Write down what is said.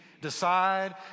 decide